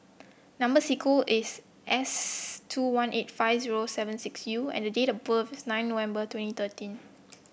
number is S two one eight five zero seven six U and date of birth is nine November twenty thirteen